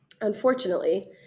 Unfortunately